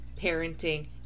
parenting